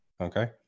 okay